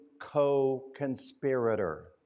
co-conspirator